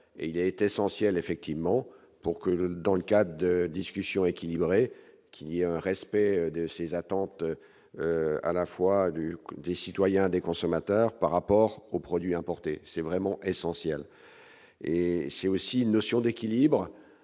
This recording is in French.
et il est essentiel, effectivement, pour que dans le cas de discussion équilibré qui a un respect de ses attentes à la fois du des citoyens des consommateurs par rapport aux produits importés, c'est vraiment essentiel et c'est aussi l'notions d'équilibre